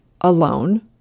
alone